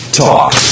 talk